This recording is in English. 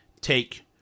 take